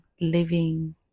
living